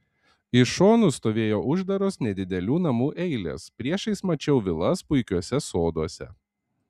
iš šonų stovėjo uždaros nedidelių namų eilės priešais mačiau vilas puikiuose soduose